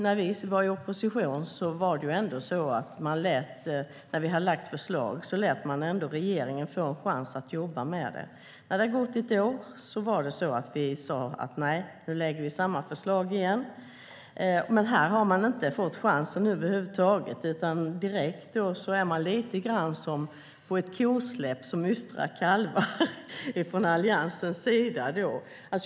När vi var i opposition lät vi regeringen få chansen att jobba med de förslag som vi hade lagt fram. När det hade gått ett år lade vi fram samma förslag igen. Men här har man inte fått chansen över huvud taget, utan Alliansen beter sig direkt lite grann som under ett kosläpp, som ystra kalvar.